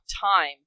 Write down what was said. time